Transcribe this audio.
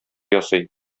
ясый